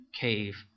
cave